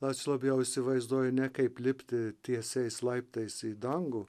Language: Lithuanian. aš labiau įsivaizduoju ne kaip lipti tiesiais laiptais į dangų